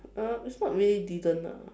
uh it's not really didn't lah